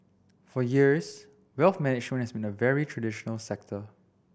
for years wealth management has been a very traditional sector